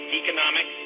economic